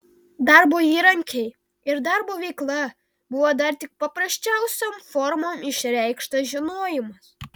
darbo įrankiai ir darbo veikla buvo dar tik paprasčiausiom formom išreikštas žinojimas